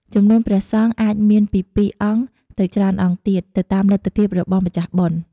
ចំនួនព្រះសង្ឃអាចមានពី ២ អង្គ ទៅច្រើនអង្គទៀត ទៅតាមលទ្ធភាពរបស់ម្ចាស់បុណ្យ។